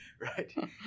Right